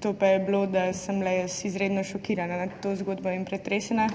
to pa je bilo, da sem bila jaz izredno šokirana nad to zgodbo in pretresena,